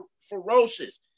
ferocious